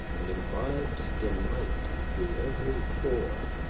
and imbibes delight through every pore.